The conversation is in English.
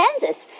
Kansas